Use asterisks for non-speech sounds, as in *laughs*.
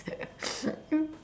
*laughs*